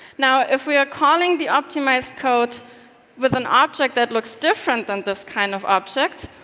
now, if we are calling the optimised code with an object that looks different than this kind of object,